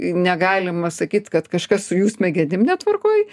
negalima sakyt kad kažkas su jų smegenim netvarkoj